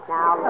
Now